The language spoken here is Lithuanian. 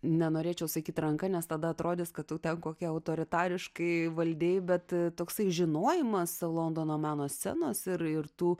nenorėčiau sakyt ranka nes tada atrodys kad tu ten kokia autoritariškai valdei bet toksai žinojimas londono meno scenos ir ir tų